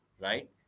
right